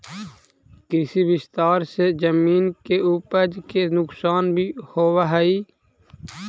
कृषि विस्तार से जमीन के उपज के नुकसान भी होवऽ हई